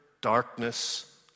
darkness